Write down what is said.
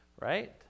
right